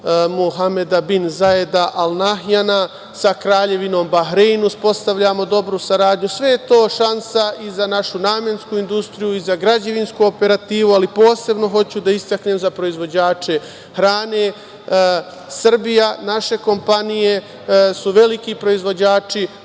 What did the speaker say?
Muhameda ben Zajida el Nahjana, sa Kraljevinom Bahrein uspostavljamo dobru saradnju, sve je to šansa i za našu namensku industriju i za građevinsku operativu, ali posebno hoću da istaknem, za proizvođače hrane. Srbija i naše kompanije su veliki proizvođači